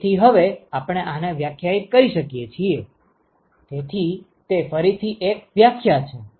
તેથી હવે આપણે વ્યાખ્યાયિત કરી શકીએ છીએ તેથી તે ફરીથી એક વ્યાખ્યા છે